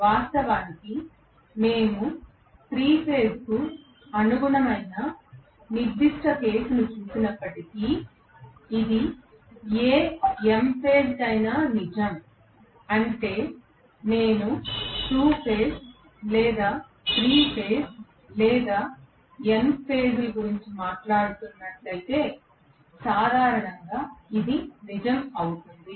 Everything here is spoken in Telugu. వాస్తవానికి మేము 3 ఫేజ్ కు అనుగుణమైన నిర్దిష్ట కేసును చూసినప్పటికీ ఇది ఏ m ఫేజ్ కైనా నిజం అంటే నేను 2 ఫేజ్ లేదా 3 ఫేజ్ లేదా n ఫేజ్ ల గురించి మాట్లాడుతున్నట్లయితే సాధారణంగా ఇది నిజం అవుతుంది